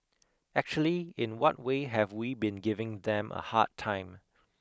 actually in what way have we been giving them a hard time